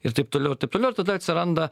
ir taip toliau ir taip toliau ir tada atsiranda